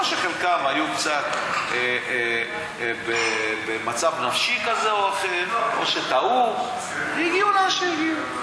או שחלקם היו קצת במצב נפשי כזה או אחר או שטעו והגיעו לאן שהגיעו.